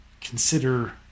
consider